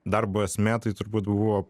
darbo esmė tai turbūt buvo